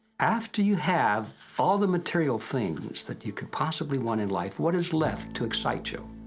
after you have all the material things that you could possibly want in life, what is left to excite you?